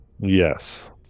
Yes